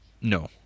No